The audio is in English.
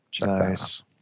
Nice